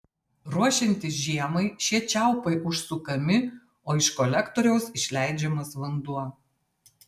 ruošiantis žiemai šie čiaupai užsukami o iš kolektoriaus išleidžiamas vanduo